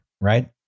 right